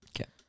Okay